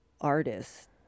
artists